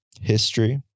history